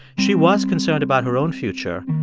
she was concerned about her own future,